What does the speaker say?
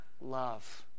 love